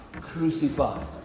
crucified